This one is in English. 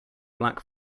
black